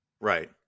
Right